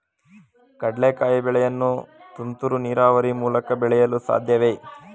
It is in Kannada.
ಕಡ್ಲೆಕಾಯಿ ಬೆಳೆಯನ್ನು ತುಂತುರು ನೀರಾವರಿ ಮೂಲಕ ಬೆಳೆಯಲು ಸಾಧ್ಯವೇ?